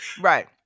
right